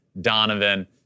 Donovan